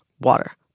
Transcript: water